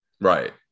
Right